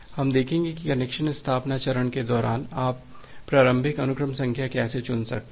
हम देखेंगे कि कनेक्शन स्थापना चरण के दौरान आप प्रारंभिक अनुक्रम संख्या कैसे चुन सकते हैं